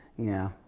yeah.